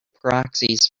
proxies